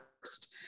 first